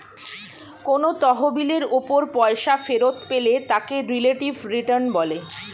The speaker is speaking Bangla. কোন তহবিলের উপর পয়সা ফেরত পেলে তাকে রিলেটিভ রিটার্ন বলে